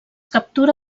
captura